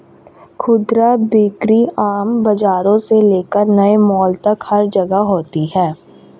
खुदरा बिक्री आम बाजारों से लेकर नए मॉल तक हर जगह होती है